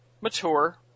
Mature